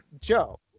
Joe